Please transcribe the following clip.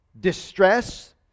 distress